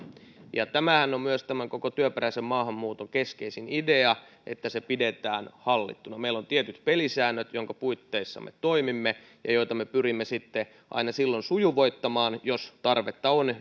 tämähän on myös tämän koko työperäisen maahanmuuton keskeisin idea että se pidetään hallittuna meillä on tietyt pelisäännöt joiden puitteissa me toimimme ja joita me pyrimme sitten sujuvoittamaan aina jos tarvetta on